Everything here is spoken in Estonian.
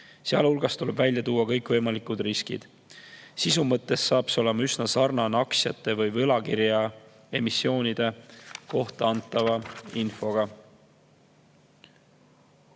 sealhulgas tuleb välja tuua kõikvõimalikud riskid. Sisu mõttes saab see olema üsna sarnane aktsia- või võlakirjaemissioonide kohta antava infoga.